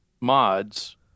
mods